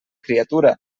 criatura